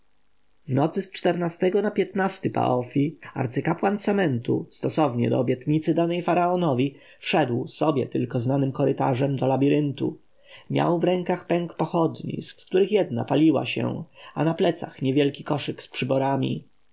w nocy z czego na piętnasty paf arcykapłan samentu stosownie do obietnicy danej faraonowi wszedł sobie tylko znanym korytarzem do labiryntu miał w rękach pęk pochodni z których jedna paliła się a na plecach niewielki koszyk z przyborami